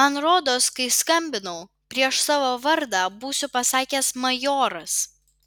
man rodos kai skambinau prieš savo vardą būsiu pasakęs majoras